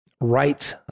right